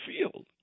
field